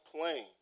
plane